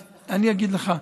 אז אני אגיד לך,